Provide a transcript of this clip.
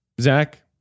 zach